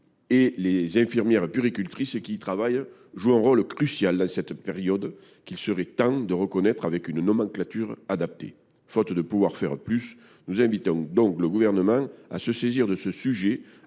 et les infirmiers puériculteurs qui y exercent jouent un rôle essentiel durant cette période, qu’il est grand temps de reconnaître par une nomenclature adaptée. Faute de pouvoir faire plus, nous invitons donc le Gouvernement à se saisir de cette